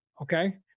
okay